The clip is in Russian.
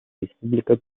республика